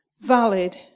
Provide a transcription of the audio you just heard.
valid